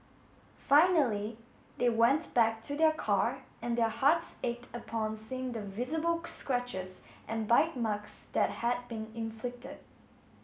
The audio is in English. finally they went back to their car and their hearts ached upon seeing the visible scratches and bite marks that had been inflicted